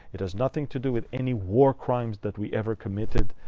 it has nothing to do with any war crimes that we ever committed.